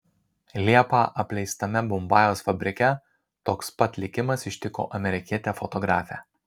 liepą apleistame mumbajaus fabrike toks pat likimas ištiko amerikietę fotografę